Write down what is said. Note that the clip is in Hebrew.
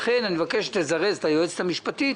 לכן אני מבקש שתזרז את היועצת המשפטית,